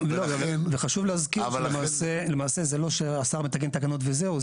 וחשוב להזכיר שלמעשה זה לא שהשר מתקן תקנות וזהו.